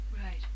Right